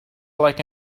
like